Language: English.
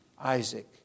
Isaac